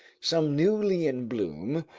some newly in bloom,